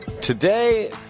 Today